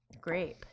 grape